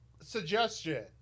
Suggestion